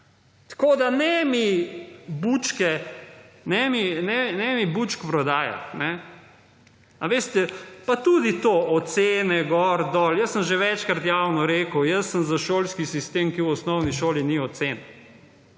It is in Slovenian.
Tako da, ne mi bučk prodajati. Veste, pa tudi to, ocene, gor dol. Jaz sem že večkrat javno rekel, jaz sem za šolski sistem kjer v osnovni šoli ni ocen.